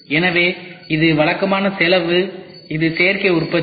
எனவே இது வழக்கமான செலவு இது சேர்க்கை உற்பத்தி